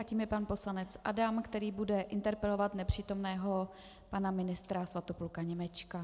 Tím je pan poslanec Adam, který bude interpelovat nepřítomného pana ministra Svatopluka Němečka.